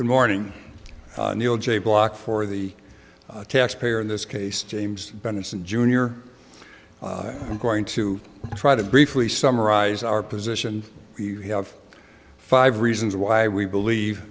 good morning neil j block for the taxpayer in this case james benison junior i'm going to try to briefly summarize our position you have five reasons why we believe